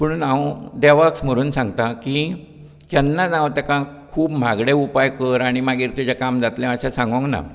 पुणून हांव देवाक स्मरून सांगता की केन्नाच हांव तेका खूब महागडे उपाय कर आनी मागीर तुजें काम जातलें अशें सांगोंक ना